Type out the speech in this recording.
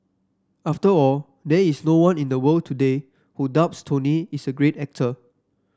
after all there is no one in the world today who doubts Tony is a great actor